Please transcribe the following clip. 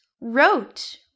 wrote